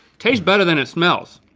tastes better than it smells.